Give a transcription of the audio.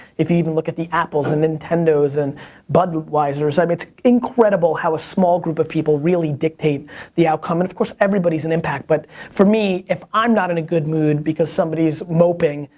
if you even look at the apples and nintendos and budweisers, i mean it's incredible how a small group of people really dictate the outcome. and of course everybody's an impact but for me, if i'm not in a good mood because somebody's moping,